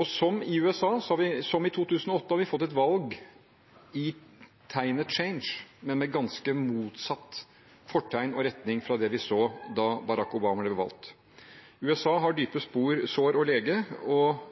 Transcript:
og som i 2008 har vi fått et valg i tegnet «change», men med ganske motsatt fortegn og retning fra det vi så da Barack Obama ble valgt. USA har dype spor – sår – å lege, og